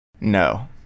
No